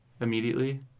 immediately